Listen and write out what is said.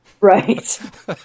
right